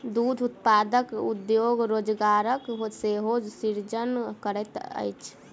दूध उत्पादन उद्योग रोजगारक सेहो सृजन करैत अछि